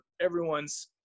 everyone's